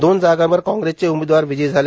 दोन जागांवर काँगेराप्तचे उमेदवार विजयी झाले